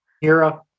Hira